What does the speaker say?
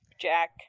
jack